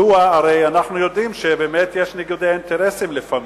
הרי אנחנו יודעים שיש ניגודי אינטרסים לפעמים,